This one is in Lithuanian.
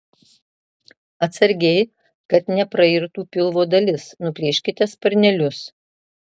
atsargiai kad neprairtų pilvo dalis nuplėškite sparnelius